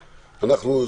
אנחנו,